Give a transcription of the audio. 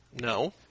No